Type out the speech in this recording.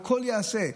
הכול יעשה,